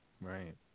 Right